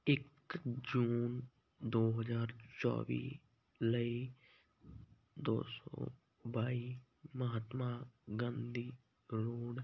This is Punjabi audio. ਇੱਕ ਜੂਨ ਦੋ ਹਜ਼ਾਰ ਚੌਵੀ ਲਈ ਦੋ ਸੌ ਬਾਈ ਮਹਾਤਮਾ ਗਾਂਧੀ ਰੋਡ